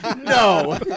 No